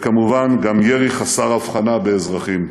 וכמובן גם ירי חסר הבחנה באזרחים.